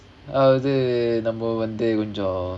அது நம்ம வந்து கொஞ்சம்:adhu namma vandhu konjam